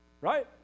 Right